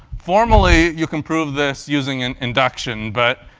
formally, you can prove this using and induction, but